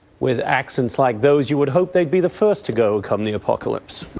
with accents like those, you would hope they'd be the first to go, come the apocalypse.